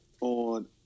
on